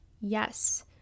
Yes